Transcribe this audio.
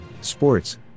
Sports